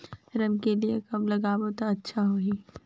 रमकेलिया कब लगाबो ता अच्छा होही?